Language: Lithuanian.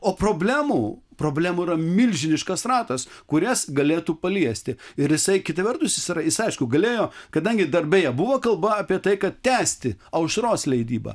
o problemų problemų yra milžiniškas ratas kurias galėtų paliesti ir jisai kita vertus jis yra jis aišku galėjo kadangi dar beje buvo kalba apie tai kad tęsti aušros leidybą